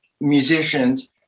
musicians